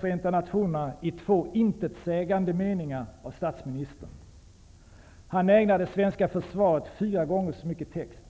Förenta nationerna i två intetsägande meningar av statsministern. Han ägnar det svenska försvaret fyra gånger så mycket text.